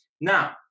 now